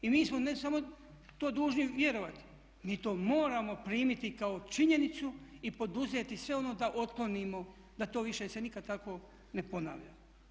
I mi smo ne samo to dužni vjerovati, mi to moramo primiti kao činjenicu i poduzeti sve ono da otklonimo, da to više se nikad tako ne ponavlja.